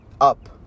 up